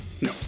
No